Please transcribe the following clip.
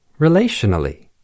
relationally